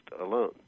alone